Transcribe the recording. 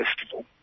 festival